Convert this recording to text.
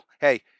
hey